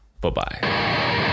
bye-bye